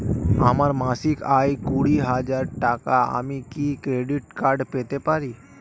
আমার মাসিক আয় কুড়ি হাজার টাকা আমি কি ক্রেডিট কার্ড পেতে পারি?